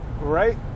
Right